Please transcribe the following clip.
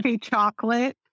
Chocolate